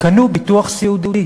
קנו ביטוח סיעודי.